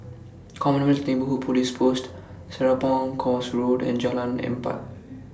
Commonwealth Neighbourhood Police Post Serapong Course Road and Jalan Empat